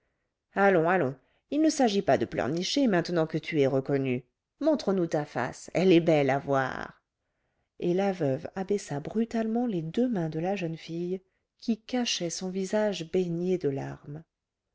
allons allons il ne s'agit pas de pleurnicher maintenant que tu es reconnue montre-nous ta face elle est belle à voir et la veuve abaissa brutalement les deux mains de la jeune fille qui cachait son visage baigné de larmes